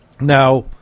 Now